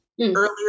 earlier